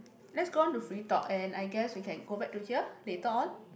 let's go on to free talk and I guess we can go back to here later on